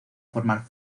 formar